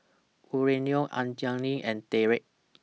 Aurelio Anjali and Dereck